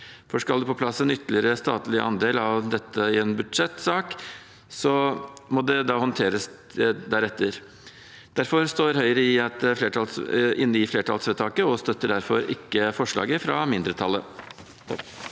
for skal det på plass en ytterligere statlig andel av dette i en budsjettsak, må det håndteres deretter. Derfor står Høyre inne i flertallsforslaget til vedtak og støtter ikke forslaget fra mindretallet.